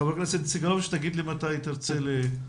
חבר הכנסת סגלוביץ', תגיד לי מתי תרצה להתייחס.